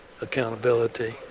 accountability